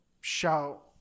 shout